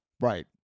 right